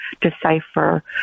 decipher